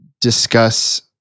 discuss